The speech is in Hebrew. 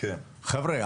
חבר'ה,